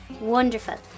wonderful